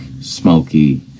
smoky